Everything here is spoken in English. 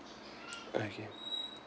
okay